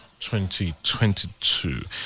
2022